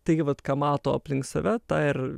tai vat ką mato aplink save tą ir